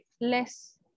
less